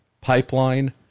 pipeline